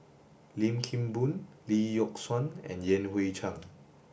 Lim Kim Boon Lee Yock Suan and Yan Hui Chang